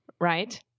right